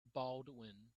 baldwin